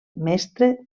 mestre